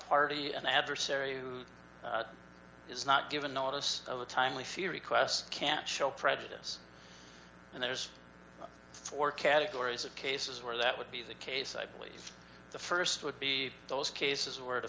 party an adversary who is not given notice of the timely fear requests can't show prejudice and there's four categories of cases where that would be the case i believe the st would be those cases where